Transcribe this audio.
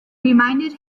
reminded